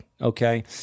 okay